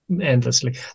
endlessly